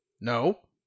No